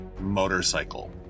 motorcycle